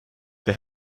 they